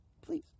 Please